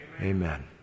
Amen